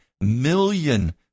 million